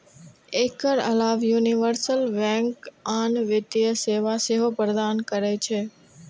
एकर अलाव universal bank आन वित्तीय सेवा सेहो प्रदान करै छै